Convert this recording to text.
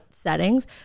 settings